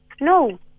No